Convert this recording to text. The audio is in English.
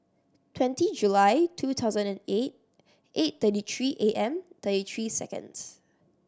twenty July two thousand and eight eight thirty three A M thirty three seconds